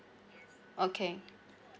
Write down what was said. okay